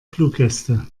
fluggäste